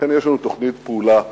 לכן, יש לנו תוכנית פעולה מעשית,